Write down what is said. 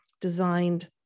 designed